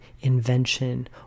invention